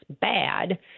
bad